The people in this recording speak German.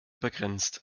begrenzt